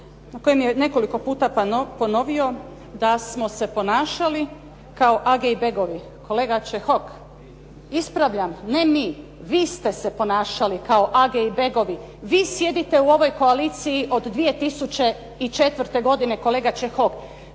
na kojem je nekoliko puta ponovio da smo se ponašali kao age i begovi. Kolega Čehok, ispravljam, ne mi, vi ste se ponašali ako age i begovi. Vi sjedite u ovoj koaliciji od 2004. godine kolega Čehok.